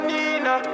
Nina